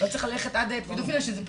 לא צריך ללכת עד פדופיליה, שזה ברור.